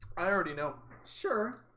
i already know sure